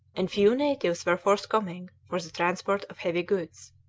and few natives were forthcoming for the transport of heavy goods.